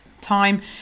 Time